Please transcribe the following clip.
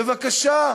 בבקשה,